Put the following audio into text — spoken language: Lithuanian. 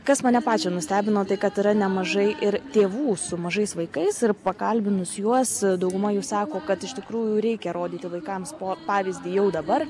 kas mane pačią nustebino tai kad yra nemažai ir tėvų su mažais vaikais ir pakalbinus juos dauguma jų sako kad iš tikrųjų reikia rodyti vaikams po pavyzdį jau dabar